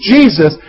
Jesus